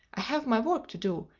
i have my work to do.